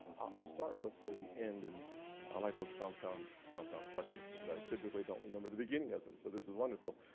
i'll start with the end and i like those compound compound questions because i typically don't remember the beginning of them, so this is wonderful.